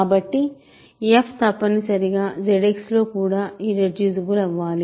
కాబట్టి f తప్పనిసరిగా ZX లోకూడా ఇర్రెడ్యూసిబుల్ అవ్వాలి